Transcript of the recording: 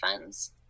funds